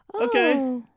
okay